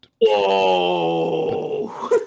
Whoa